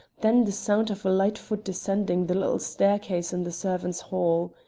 then the sound of a light foot descending the little staircase in the servants' hall.